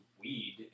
weed